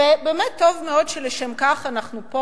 באמת טוב מאוד שלשם כך אנחנו פה,